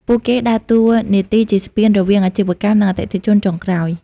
ពួកគេដើរតួនាទីជាស្ពានរវាងអាជីវកម្ម និងអតិថិជនចុងក្រោយ។